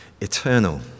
eternal